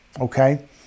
Okay